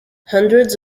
hundreds